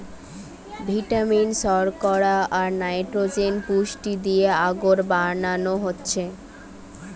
vitamin, শর্করা, আর nitrogen পুষ্টি দিয়ে আগর বানানো হচ্ছে